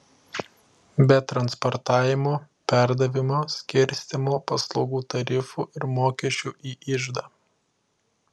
be transportavimo perdavimo skirstymo paslaugų tarifų ir mokesčių į iždą